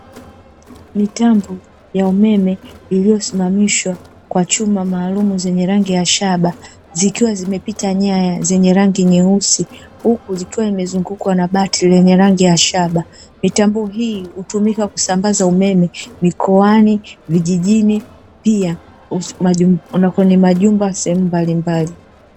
Mitambo ya umeme iliyosimamishwa kwa chuma maalumu zenye rangi ya shaba, zikiwa zimepita nyaya zenye rangi nyeusi, huku zikiwa zimezungukwa na bati lenye rangi ya shaba. Mitambo hii hutumika kusambaza umeme mikoani, vijijini pia na kwenye majumba sehemu mbalimbali.